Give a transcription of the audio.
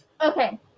Okay